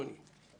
בבקשה, אדוני.